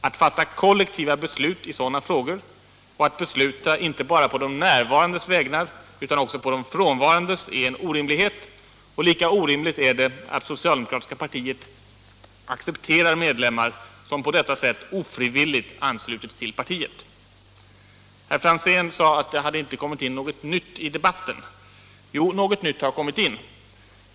Att fatta kollektiva beslut i sådana frågor och att besluta inte bara på de närvarandes vägnar utan också på de frånvarandes är en orimlighet, och lika orimligt är det att socialdemokratiska partiet accepterar medlemmar som på detta sätt ofrivilligt anslutits till partiet. Herr Franzén sade att det inte hade kommit in något nytt i debatten. Jo, något nytt har kommit in.